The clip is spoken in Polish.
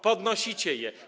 Podnosicie je.